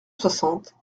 soixante